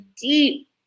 deep